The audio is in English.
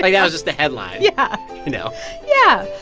like, that was just the headline yeah you know yeah.